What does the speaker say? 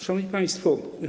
Szanowni Państwo!